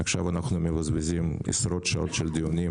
עכשיו אנחנו מבזבזים עשרות שעות של דיונים